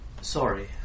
sorry